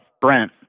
Brent